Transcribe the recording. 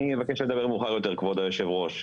אני אבקש לדבר מאוחר יותר, כבוד היושב-ראש.